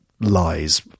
lies